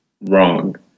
wrong